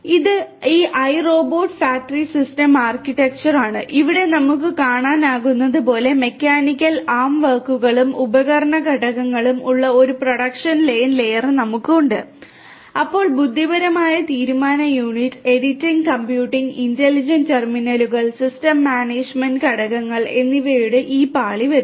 ഇത് ഈ ഐറോബോട്ട് എന്നിവയുടെ ഈ പാളി വരുന്നു